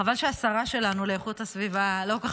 חבל שהשרה שלנו לאיכות הסביבה לא כל כך